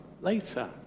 later